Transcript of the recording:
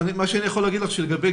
מה שאני יכול להגיד לך שלגבי